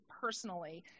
personally